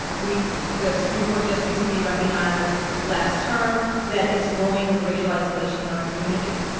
we the supreme court just recently recognized last term that it's growing with racial isolation in our communities.